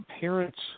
parents –